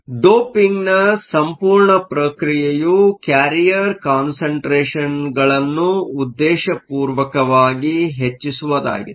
ಆದ್ದರಿಂದ ಡೋಪಿಂಗ್ನ ಸಂಪೂರ್ಣ ಪ್ರಕ್ರಿಯೆಯು ಕ್ಯಾರಿಯರ್ ಕಾನ್ಸಂಟ್ರೇಷನ್ಗಳನ್ನು ಉದ್ದೇಶಪೂರ್ವಕವಾಗಿ ಹೆಚ್ಚಿಸುವುದಾಗಿದೆ